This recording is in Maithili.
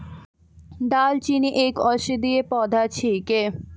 दालचीनी एक औषधीय पौधा छिकै